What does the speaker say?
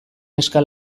neska